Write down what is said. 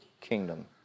kingdom